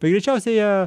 tai greičiausiai jie